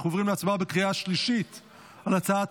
אנחנו עוברים להצבעה בקריאה השלישית על הצעת